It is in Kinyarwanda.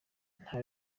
nta